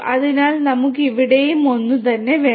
അതിനാൽ നമുക്ക് ഇവിടെയും ഒന്നുതന്നെ വേണം